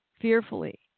fearfully